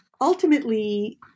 ultimately